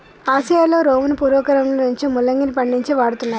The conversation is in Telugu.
ఆసియాలో రోమను పూర్వకాలంలో నుంచే ముల్లంగిని పండించి వాడుతున్నారు